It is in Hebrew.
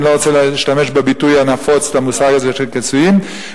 אני לא רוצה להשתמש בביטוי הנפוץ למושג הזה של כיסויים.